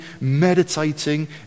meditating